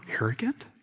arrogant